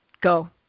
Go